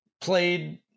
Played